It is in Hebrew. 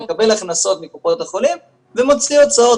הוא מקבל הכנסות מקופות החולים ומוציא הוצאות,